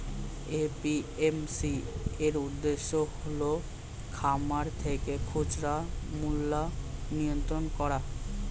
APMC এর উদ্দেশ্য হল খামার থেকে খুচরা মূল্যের নিয়ন্ত্রণ করা